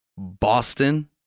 Boston